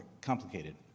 complicated